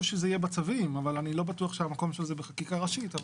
שזה יהיה בצווים אבל אני לא בטוח שהמקום של זה בחקיקה ראשית.